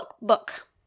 Book